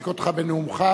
להפסיק אותך בנאומך,